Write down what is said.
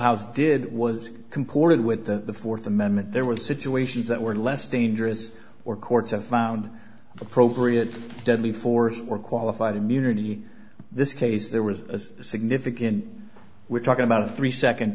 how's did was comported with the fourth amendment there were situations that were less dangerous or courts have found appropriate deadly force or qualified immunity this case there was a significant we're talking about a three second